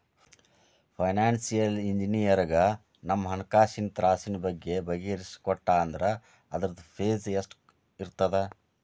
Financial ಇಂಜಿನಿಯರಗ ನಮ್ಹಣ್ಕಾಸಿನ್ ತ್ರಾಸಿನ್ ಬಗ್ಗೆ ಬಗಿಹರಿಸಿಕೊಟ್ಟಾ ಅಂದ್ರ ಅದ್ರ್ದ್ ಫೇಸ್ ಎಷ್ಟಿರ್ತದ?